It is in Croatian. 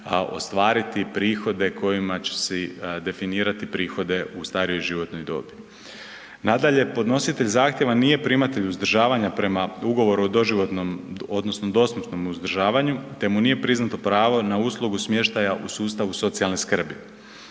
ostvariti prihode kojima će si definirati prihode u starijoj životnoj dobi. Nadalje, podnositelj zahtjeva nije primatelj uzdržavanja prema ugovoru o doživotnom odnosno dosmrtnom uzdržavanju te mu nije priznato pravo na uslugu smještaja u sustavu socijalne skrbi.